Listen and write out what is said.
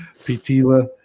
Petila